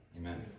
Amen